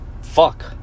Fuck